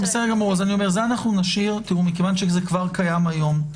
כיוון שזה כבר קיים היום,